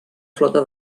flota